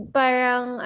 parang